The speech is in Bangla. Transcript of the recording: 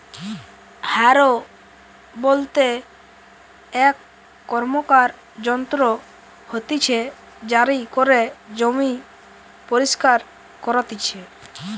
হারও বলতে এক র্কমকার যন্ত্র হতিছে জারি করে জমি পরিস্কার করতিছে